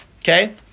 okay